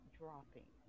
dropping